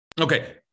okay